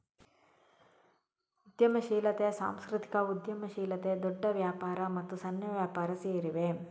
ಉದ್ಯಮಶೀಲತೆ, ಸಾಂಸ್ಕೃತಿಕ ಉದ್ಯಮಶೀಲತೆ, ದೊಡ್ಡ ವ್ಯಾಪಾರ ಮತ್ತು ಸಣ್ಣ ವ್ಯಾಪಾರ ಸೇರಿವೆ